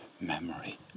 memory